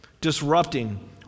disrupting